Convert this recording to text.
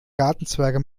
gartenzwerge